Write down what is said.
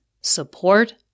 support